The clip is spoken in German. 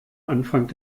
anfang